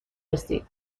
رسید